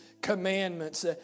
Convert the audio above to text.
commandments